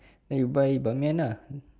then you buy ban mian ah